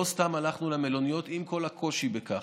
לא סתם הלכנו למלוניות, עם כל הקושי בכך.